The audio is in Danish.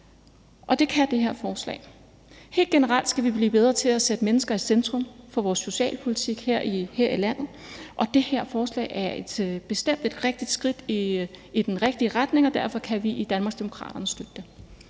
Det kan det her forslag. Helt generelt skal vi blive bedre til at sætte mennesker i centrum for vores socialpolitik her i landet. Det her forslag er bestemt et rigtigt skridt i den rigtige retning, og derfor kan vi i Danmarksdemokraterne støtte det.